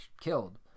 killed